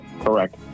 correct